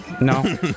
No